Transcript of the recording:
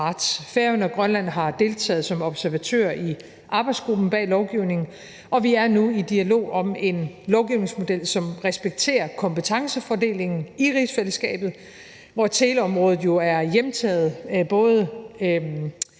Færøerne og Grønland har deltaget som observatører i arbejdsgruppen bag lovgivningen, og vi er nu i dialog om en lovgivningsmodel, som respekterer kompetencefordelingen i rigsfællesskabet, hvor teleområdet er hjemtaget af